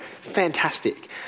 fantastic